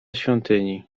świątyni